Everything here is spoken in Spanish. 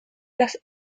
las